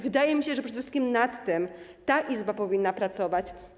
Wydaje mi się, że przede wszystkim nad tym ta Izba powinna pracować.